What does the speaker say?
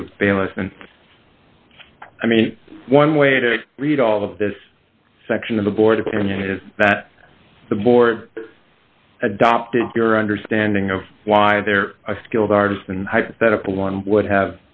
lesson i mean one way to read all of this section of the board opinion is that the more adopted your understanding of why they're skilled artist and hypothetical one would have